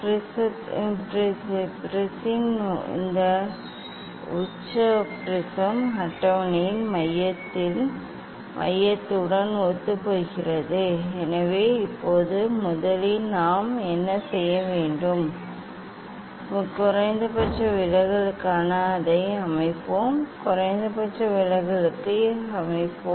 ப்ரிஸின் இந்த உச்சம் ப்ரிஸம் அட்டவணையின் மையத்தின் மையத்துடன் ஒத்துப்போகிறது எனவே இப்போது முதலில் நாம் என்ன செய்வோம் குறைந்தபட்ச விலகலுக்காக அதை அமைப்போம் குறைந்தபட்ச விலகலுக்கு அமைப்போம்